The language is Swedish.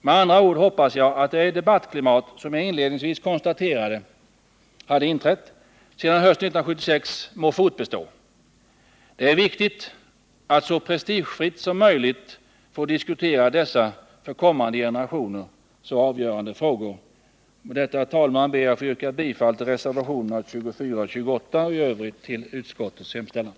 Med andra ord hoppas jag att det debattklimat som jag inledningsvis konstaterade hade inträtt sedan hösten 1976 må fortbestå. Det är viktigt att så prestigefritt som möjligt få diskutera dessa för kommande generationer så avgörande frågor. Med detta ber jag, herr talman, att få yrka bifall till reservationerna 24 och 28 och i övrigt bifall till utskottets hemställan.